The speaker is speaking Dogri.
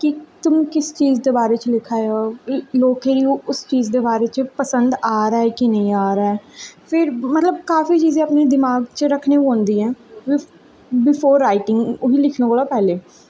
कि तुस किस चीज दे बारे च लिखा दे ओ लोकें गी ओह् उस चीज दे बारे च पसंद आंदा कि नेईं आ'रदा ऐ फिर मतलब काफी चीजे अपने दिमाग च रखने पौंदियां बिफोर राइटिंग लिखने कोला पैह्लें